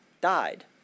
died